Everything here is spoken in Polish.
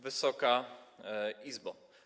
Wysoka Izbo!